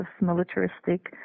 militaristic